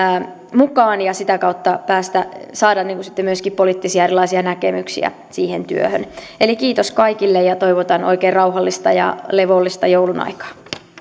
mukaan ja sitä kautta saada sitten myöskin erilaisia poliittisia näkemyksiä siihen työhön eli kiitos kaikille ja toivotan oikein rauhallista ja levollista joulunaikaa sitten